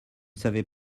savais